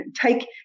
take